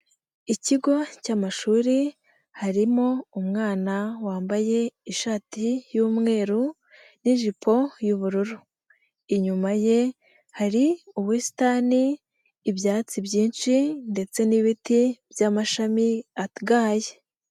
Ikigo cy'amashuri harimo umwana wambaye ishati y'umweru n'ijipo y'ubururu, inyuma ye hari ubusitani, ibyatsi byinshi ndetse n'ibiti by'amashami agaye.